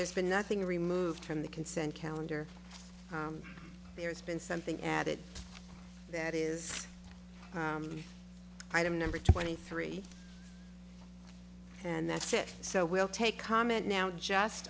there's been nothing removed from the consent calendar there's been something added that is item number twenty three and that's it so we'll take comment now just